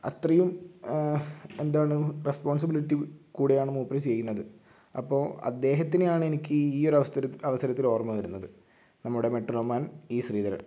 അത്രയും എന്താണ് റെസ്പോൺസിബിലിറ്റി കൂടെയാണ് മൂപ്പർ ചെയ്യുന്നത് അപ്പോൾ അദ്ദേഹത്തിനെയാണ് എനിക്ക് ഈ ഒരു അവസത്തിൽ ഓർമ്മ വരുന്നത് നമ്മുടെ മെട്രോ മാൻ ഇ ശ്രീധരൻ